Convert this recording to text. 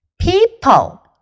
People